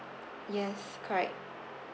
yes correct